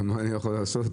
מה אני יכול לעשות?